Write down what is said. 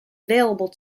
available